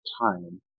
time